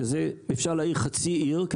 שעם זה אפשר להאיר חצי עיר,